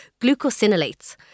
glucosinolates